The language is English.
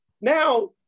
now